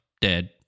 dead